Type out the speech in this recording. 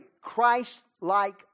Christ-like